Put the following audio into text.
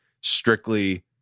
strictly